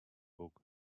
bóg